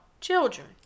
children